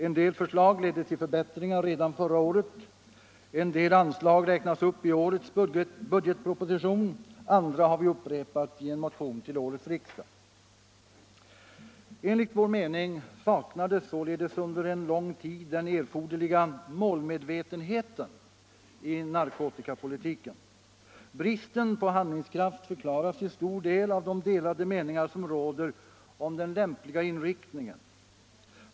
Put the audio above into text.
En del förslag ledde till förbättringar redan förra året. Vissa anslag räknas upp i årets budgetproposition. Andra förslag har vi upprepat i en motion till årets riksdag. Enligt vår mening saknades således under lång tid den erforderliga målmedvetenheten i narkotikapolitiken. Bristen på handlingskraft förklaras till stor del av de delade meningar som råder om den lämpliga inriktningen.